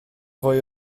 fwy